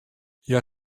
hja